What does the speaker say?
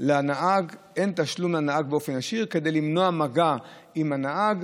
לנהג באופן ישיר, כדי למנוע מגע עם הנהג.